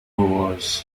walsh